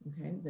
okay